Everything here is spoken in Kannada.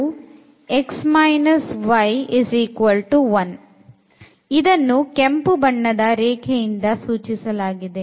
x y1 ಇದನ್ನು ಕೆಂಪು ಬಣ್ಣದ ರೇಖೆಯಿಂದ ಸೂಚಿಸಲಾಗಿದೆ